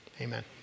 amen